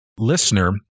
Listener